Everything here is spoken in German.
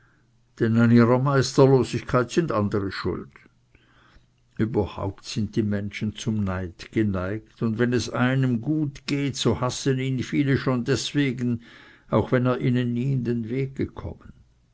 meisterlosigkeit sind andere schuld überhaupt sind die menschen zum neid geneigt und wenn einer geliebt wird so hassen ihn viele schon deswegen auch wenn er ihnen nie in den weg gekommen